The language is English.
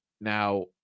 Now